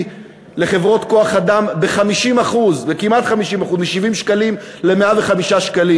לחברות כוח-אדם כמעט ב-50% מ-70 שקלים ל-105 שקלים?